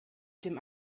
dem